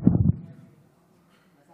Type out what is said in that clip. חמש דקות.